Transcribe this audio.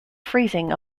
freezing